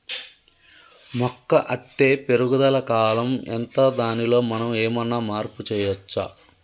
మొక్క అత్తే పెరుగుదల కాలం ఎంత దానిలో మనం ఏమన్నా మార్పు చేయచ్చా?